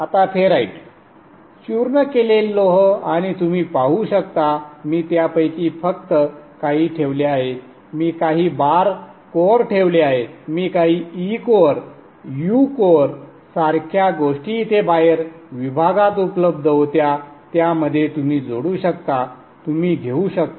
आता फेराइट चूर्ण केलेले लोह आणि तुम्ही वाढवू शकता मी त्यापैकी फक्त काही ठेवले आहेत मी काही बार कोअर ठेवले आहेत मी काही e कोअर u कोअर सारख्या गोष्टी इथे बाहेर विभागात उपलब्ध होत्या त्यामध्ये तुम्ही जोडू शकता तुम्ही घेऊ शकता